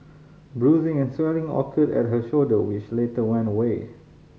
bruising and swelling occurred at her shoulder which later went away